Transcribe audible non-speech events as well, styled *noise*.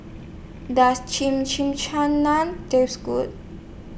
Does *unintelligible* Taste Good